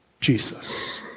Jesus